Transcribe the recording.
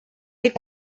est